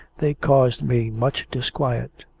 they caused me much disquiet.